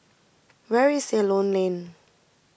where is Ceylon Lane